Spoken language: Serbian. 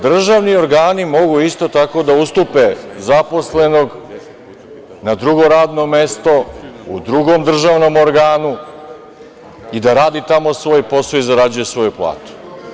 Državni organi mogu isto tako da ustupe zaposlenog na drugo radno mesto u drugom državnom organu i da radi tamo svoj posao i zarađuje svoju platu?